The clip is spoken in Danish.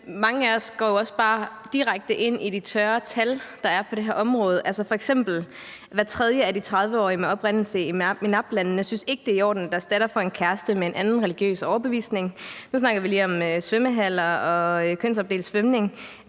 os går jo også bare direkte ind i de tørre tal, der er, på det her område. F.eks. synes hver tredje af de 30-årige med oprindelse i MENAPT-landene ikke, det er i orden, at deres datter får en kæreste med en anden religiøs overbevisning. Nu snakkede vi lige om svømmehaller og kønsopdelt svømning.